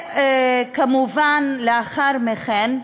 כמובן, לאחר מכן,